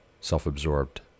self-absorbed